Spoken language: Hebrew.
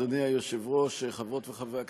אדוני היושב-ראש, חברות וחברי הכנסת,